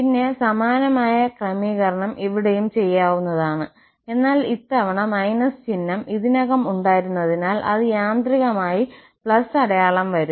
പിന്നെ സമാനമായ ക്രമീകരണം ഇവിടെയും ചെയ്യാവുന്നതാണ് എന്നാൽ ഇത്തവണ ചിഹ്നം ഇതിനകം ഉണ്ടായിരുന്നതിനാൽ അത് യാന്ത്രികമായി അടയാളം വരും